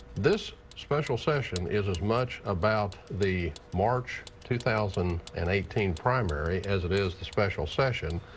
this special session is as much about the march two thousand and eighteen primary as it is the special session,